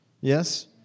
Yes